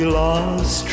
lost